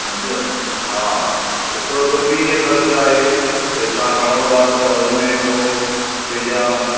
सम्झव हा हिकिड़ो ॿियो बि हीअ कर्ज़ु आहे भई तव्हां खणो था त हुन में पोइ पंहिंजा